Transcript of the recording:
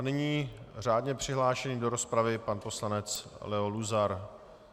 Nyní řádně přihlášený do rozpravy pan poslanec Leo Luzar.